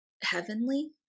heavenly